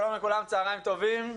שלום לכולם, צוהריים טובים.